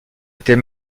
était